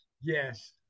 Yes